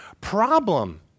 problem